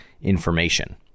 information